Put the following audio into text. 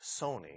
Sony